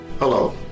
Hello